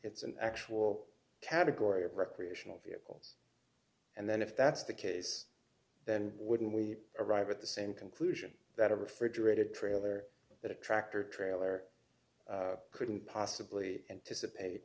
it's an actual category of recreational vehicle and then if that's the case then wouldn't we arrive at the same conclusion that a refrigerator trailer that a tractor trailer couldn't possibly anticipate